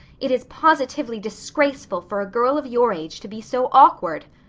it is positively disgraceful for a girl of your age to be so awkward.